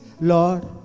Lord